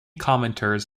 commentators